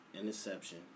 Interception